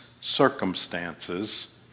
circumstances